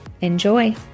Enjoy